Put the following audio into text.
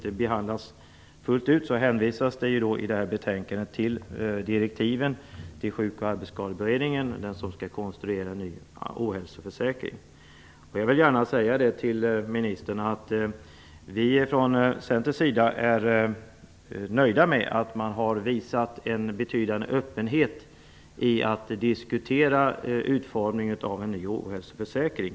Frågan behandlas inte fullt ut, men man hänvisar i betänkandet till direktiven till Sjuk och arbetsskadeberedningen, som skall konstruera denna försäkring. Jag vill gärna säga till ministern att vi från Centerns sida är nöjda med den öppenhet som har visats vid diskussionerna om en utformning av en ny ohälsoförsäkring.